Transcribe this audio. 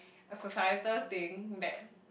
a societal thing that